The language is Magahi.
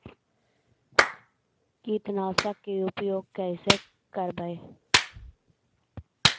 कीटनाशक के उपयोग कैसे करबइ?